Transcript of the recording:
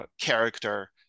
character